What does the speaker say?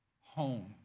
home